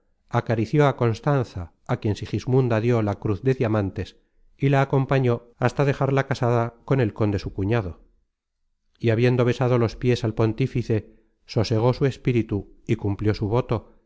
acarició á constanza á quien sigismunda dió la cruz de diamantes y la acompañó hasta dejarla casada con el conde su cuñado y habiendo besado los piés al pontífice sosegó su espíritu y cumplió su voto